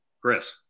Chris